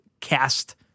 cast